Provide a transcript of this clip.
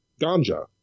ganja